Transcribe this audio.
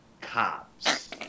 Cops